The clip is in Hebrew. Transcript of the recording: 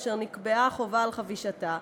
אשר נקבעה חובה לחבוש אותה,